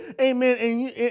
Amen